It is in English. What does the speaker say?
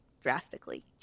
drastically